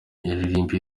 yaririmbye